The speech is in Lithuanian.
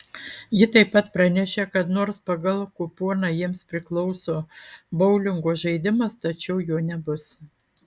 ji taip pat pranešė kad nors pagal kuponą jiems priklauso boulingo žaidimas tačiau jo nebus